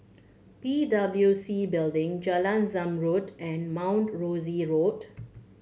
P W C Building Jalan Zamrud and Mount Rosie Road